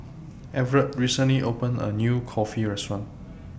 Evertt recently opened A New Kulfi Restaurant